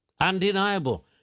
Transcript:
undeniable